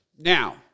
Now